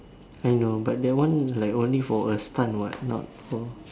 I know but that one like only for a stunt what not for